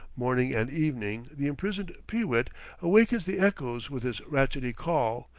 morning and evening the imprisoned pee-wit awakens the echoes with his ratchetty call,